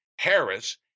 Harris